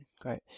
great